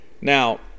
Now